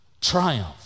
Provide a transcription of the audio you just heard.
triumph